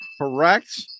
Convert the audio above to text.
Correct